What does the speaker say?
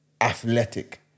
athletic